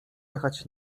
jechać